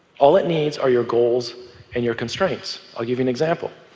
all it needs are your goals and your constraints. i'll give you an example.